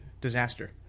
disaster